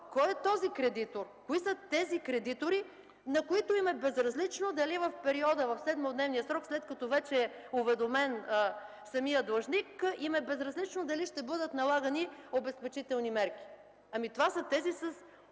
кой е този кредитор, кои са тези кредитори, на които е безразлично дали в периода, в 7-дневния срок, след като вече е уведомен самият длъжник, им е безразлично дали ще бъдат налагани обезпечителни мерки. Ами, това са тези с